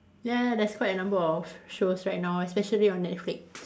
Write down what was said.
ya there's quite a number of shows right now especially on Netflix